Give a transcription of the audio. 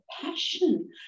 passion